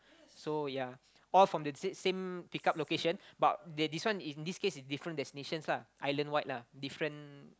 so ya all from the same pick up location but this one in this case is different destinations lah island wide lah different